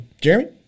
Jeremy